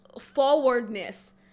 forwardness